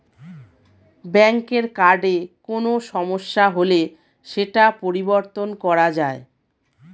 ব্যাঙ্কের কার্ডে কোনো সমস্যা হলে সেটা পরিবর্তন করা যায়